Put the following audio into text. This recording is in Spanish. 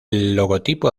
logotipo